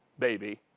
baby.